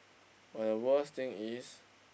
but the worst thing is